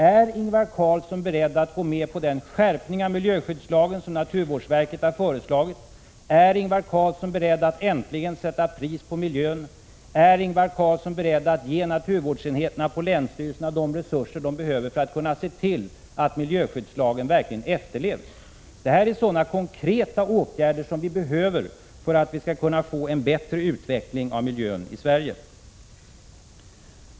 Är Ingvar Carlsson beredd att gå med på den skärpning av miljöskyddslagen som naturvårdsverket har föreslagit? Är Ingvar Carlsson beredd att äntligen sätta ett pris på miljön? Är Ingvar Carlsson beredd att ge naturvårdsenheterna på länsstyrelserna de resurser som de behöver för att se till att miljöskyddslagen verkligen efterlevs? Detta är sådana konkreta åtgärder som behöver vidtas för att vi skall kunna få en bättre utveckling av miljön i Sverige.